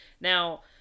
Now